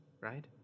right